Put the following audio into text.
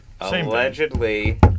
Allegedly